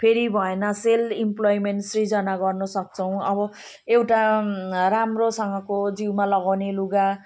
फेरि भएन self employment सृजना गर्नसक्छौँ अब एउटा राम्रोसँगको जिउमा लगाउने लुगा